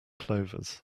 clovers